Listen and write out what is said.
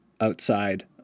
Outside